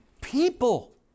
people